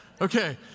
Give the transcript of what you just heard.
Okay